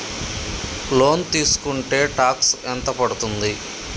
Loan తీస్కుంటే tax ఎంత పడ్తుంది?